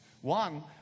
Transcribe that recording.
One